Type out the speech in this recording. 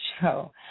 show